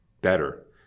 better